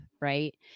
right